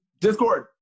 Discord